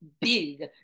big